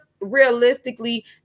realistically